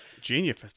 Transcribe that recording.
genius